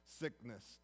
sickness